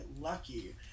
lucky